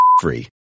free